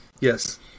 Yes